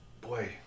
Boy